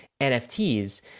nfts